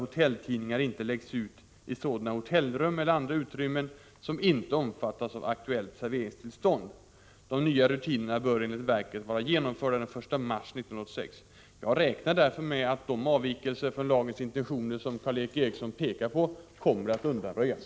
hotelltidningar inte läggs ut i sådana hotellrum eller andra utrymmen som inte omfattas av aktuellt serveringstillstånd. De nya rutinerna bör enligt verket vara genomförda den 1 mars 1986. Jag räknar därför med att de avvikelser från lagens intentioner som Karl Erik Eriksson pekar på kommer att undanröjas.